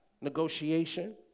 negotiation